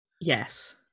yes